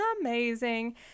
amazing